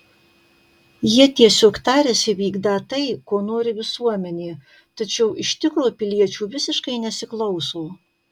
jie tiesiog tariasi vykdą tai ko nori visuomenė tačiau iš tikro piliečių visiškai nesiklauso